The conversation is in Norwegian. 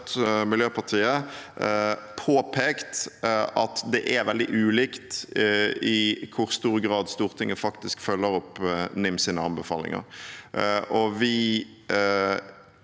påpekt at det er veldig ulikt i hvor stor grad Stortinget faktisk følger opp NIMs anbefalinger. Vi